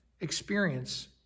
experience